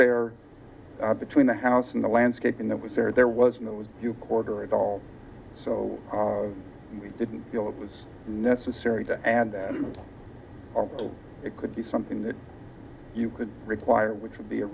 there between the house and the landscaping that was there there was no quarter at all so we didn't feel it was necessary and it could be something that you could require which would be a